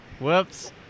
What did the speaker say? Whoops